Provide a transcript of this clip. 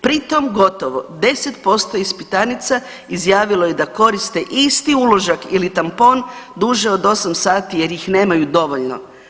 Pri tom gotovo 10% ispitanica izjavilo je da koriste isti uložak ili tampon duže od osam sati jer ih nemaju dovoljno.